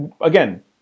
Again